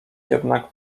jednak